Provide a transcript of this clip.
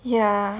ya